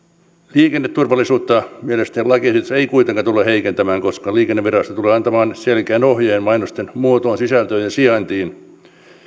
liikenneturvallisuutta mielestäni lakiesitys ei kuitenkaan tule heikentämään koska liikennevirasto tulee antamaan selkeän ohjeen mainosten muotoon sisältöön ja sijaintiin